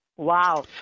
Wow